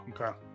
okay